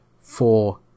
four